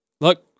look